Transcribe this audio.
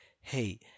hey